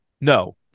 No